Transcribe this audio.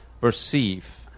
perceive